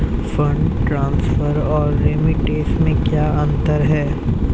Fund transfer और remittance में क्या अंतर है?